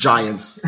Giants